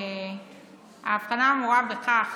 ההבחנה אמורה בכך